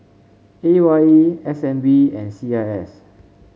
A Y E S N B and C I S